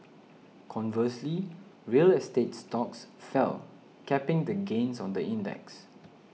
conversely real estate stocks fell capping the gains on the index